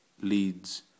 leads